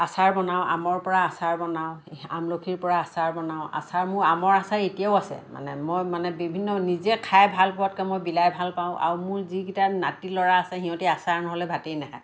আচাৰ বনাওঁ আমৰপৰা আচাৰ বনাওঁ আমলখিৰপৰা আচাৰ বনাওঁ আচাৰ মোৰ আমৰ আচাৰ এতিয়াও আছে মানে মই মানে বিভিন্ন নিজে খাই ভাল পোৱাতকৈ মই বিলাই ভালপাওঁ আৰু মোৰ যিকেইটা নাতি ল'ৰা আছে সিহঁতে আচাৰ নহ'লে ভাতেই নাখায়